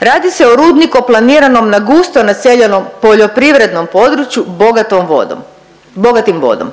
Radi se o rudniku planiranom na gusto naseljenom poljoprivrednom području bogatom vodom, bogatim vodom.